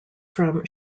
from